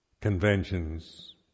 conventions